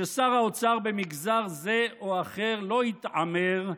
ששר האוצר במגזר זה או אחר לא יתעמר,